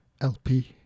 LP